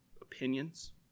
opinions